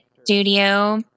studio